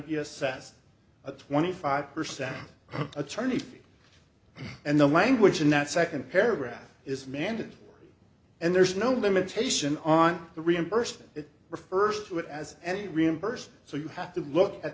be assessed at twenty five percent attorney fees and the language in that second paragraph is mandatory and there's no limitation on the reimbursement that refers to it as any reimbursed so you have to look at